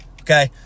okay